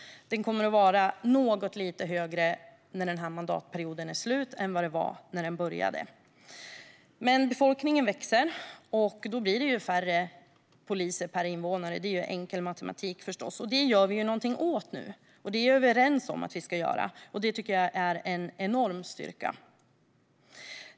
Det kommer att vara något lite högre när den här mandatperioden är slut än vad det var när den började. Befolkningen växer, och då blir det färre poliser per invånare. Det är förstås enkel matematik, och det gör vi någonting åt nu. Vi är överens om att göra det, och det tycker jag är en enorm styrka.